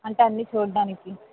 అంటే అన్నీ చూడటానికి